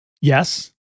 Yes